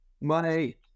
Money